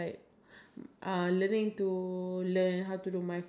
can you repeat the question I forgot the question